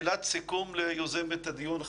מילת סיכום ליוזמת הדיון,